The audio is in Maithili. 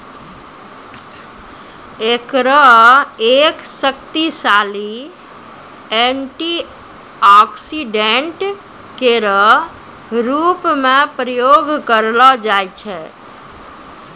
एकरो एक शक्तिशाली एंटीऑक्सीडेंट केरो रूप म प्रयोग करलो जाय छै